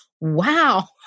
Wow